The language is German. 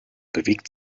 bewegt